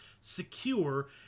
secure